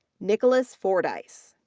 nicholas fordyce,